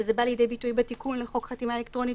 וזה בא לידי ביטוי בתיקון לחוק חתימה אלקטרונית